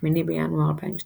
8 בינואר 2012